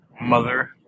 mother